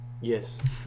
Yes